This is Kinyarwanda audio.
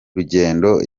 rugendo